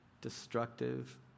destructive